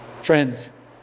Friends